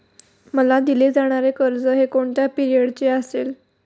मला दिले जाणारे कर्ज हे कोणत्या पिरियडचे असेल?